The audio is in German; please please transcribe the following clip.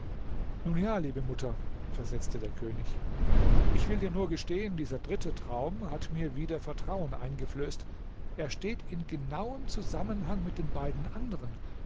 nun ja liebe mutter versetzte der könig ich will dir nur gestehen dieser dritte traum hat mir wieder vertrauen eingeflößt er steht in genauem zusammenhang mit den beiden andern